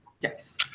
Yes